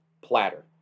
Platter